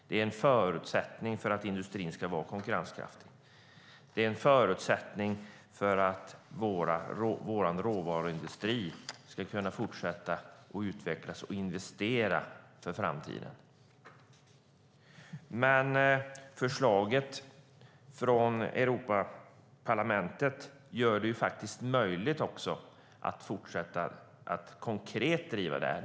Det är en förutsättning för att industrin ska vara konkurrenskraftig. Det är en förutsättning för att vår råvaruindustri ska kunna fortsätta utvecklas och investera för framtiden. Förslaget från Europaparlamentet gör det faktiskt också möjligt att fortsätta att konkret driva det här.